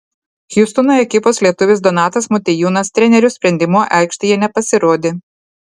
hjustono ekipos lietuvis donatas motiejūnas trenerio sprendimu aikštėje nepasirodė